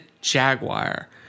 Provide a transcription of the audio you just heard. Jaguar